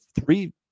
three